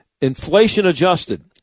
inflation-adjusted